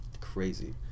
crazy